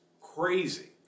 crazy